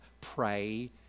pray